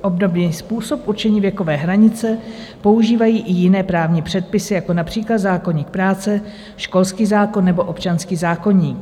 Obdobný způsob určení věkové hranice používají i jiné právní předpisy, jako například zákoník práce, školský zákon nebo občanský zákoník.